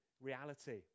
reality